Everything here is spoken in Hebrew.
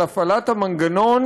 של הפעלת המנגנון,